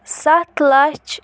سَتھ لَچھ